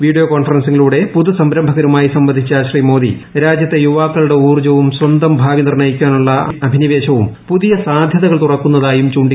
video കോൺഫറൻസിംഗിലൂടെ പുതുസംരംഭകരുമായി സംവദിച്ചു ശ്രീ മോദി രാജ്യത്തെ യുവ്വാക്കളുടെ ഊർജ്ജവും സ്വന്തം ഭാവി നിർണ്ണയിക്കാനുള്ളൂ അഭിനിവേശവും പുതിയ സാധ്യതകൾ തുറക്കുന്നതായും ക്ടുണ്ട്ട്ക്കാട്ടി